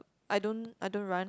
I don't I don't run